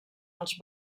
els